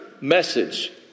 message